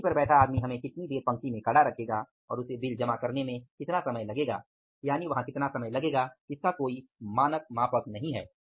खिड़की पर बैठा आदमी हमें कितनी देर पंक्ति में खड़ा रखेगा और उसे बिल जमा करने में कितना समय लगेगा यानि वहां कितना समय लगेगा इसका कोई मानक मापक नहीं है